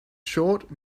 short